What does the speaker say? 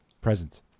Presents